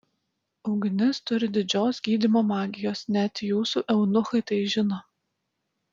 ugnis turi didžios gydymo magijos net jūsų eunuchai tai žino